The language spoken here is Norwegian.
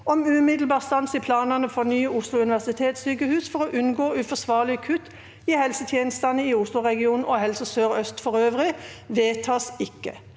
om umiddelbar stans i planene for nye Oslo universitetssykehus for å unngå uforsvarlige kutt i helsetjenestene i Oslo-regionen og Helse Sør-Øst for øvrig – vedtas ikke.